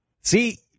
see